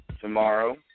tomorrow